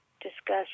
discuss